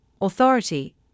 authority